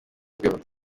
igezweho